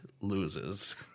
loses